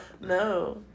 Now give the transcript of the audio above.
No